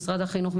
ממשרד החינוך,